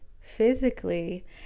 physically